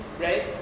right